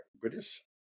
British